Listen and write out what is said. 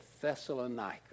Thessalonica